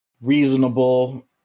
reasonable